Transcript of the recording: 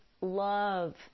love